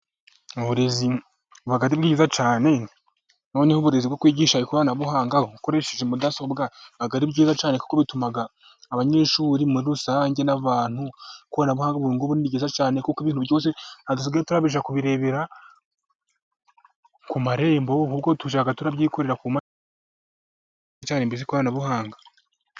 Mu burezi buba ari bwiza cyane. Noneho uburezi bwo kwigisha ikoranabuhanga bukoresheje mudasobwa biba ari byiza cyane kuko bitumaga abanyeshuri muri rusange n'abantu ikoranabuhanga ni ryiza cyane kuko ibintu tuba tubirebera ku marembo kuko dushaka twabyikorera ku mashini. Ryateye imbere ikoranabuhanga.